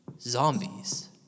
zombies